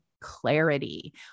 clarity